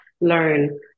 learn